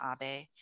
Abe